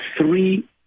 three